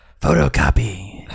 photocopy